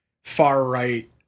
far-right